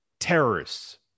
terrorists